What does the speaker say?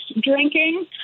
drinking